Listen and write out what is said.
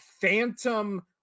phantom